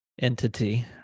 entity